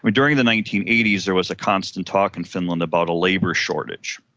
but during the nineteen eighty s there was the constant talk in finland about a labour shortage.